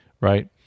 right